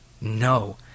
No